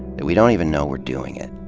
that we don't even know we're doing it.